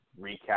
recap